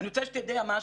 אני רוצה שתדע משהו.